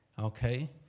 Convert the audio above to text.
Okay